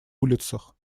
улицах